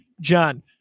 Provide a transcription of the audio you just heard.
John